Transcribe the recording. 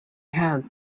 had